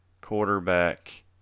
quarterback